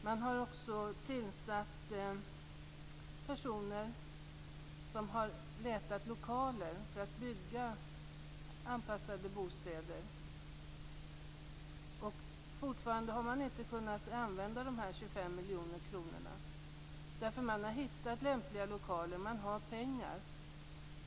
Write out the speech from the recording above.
Man har tillsatt personer för att leta lokaler där man kan bygga anpassade bostäder, men fortfarande har man inte kunnat använda de 25 miljoner kronorna. Man har hittat lämpliga lokaler, och man har pengar.